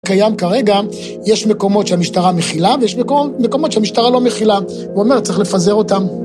קיים כרגע, יש מקומות שהמשטרה מכילה, ויש מקומות שהמשטרה לא מכילה. הוא אומר, צריך לפזר אותם.